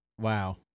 Wow